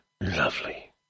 lovely